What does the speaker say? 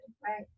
Right